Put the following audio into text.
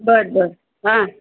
बरं बरं हां